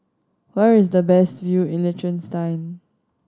where is the best view in Liechtenstein